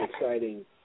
exciting